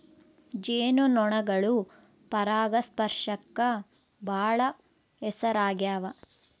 ಜೇನು ನೊಣಗಳು ಪರಾಗಸ್ಪರ್ಶಕ್ಕ ಬಾಳ ಹೆಸರಾಗ್ಯವ